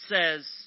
says